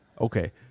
Okay